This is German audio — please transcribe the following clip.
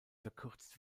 verkürzt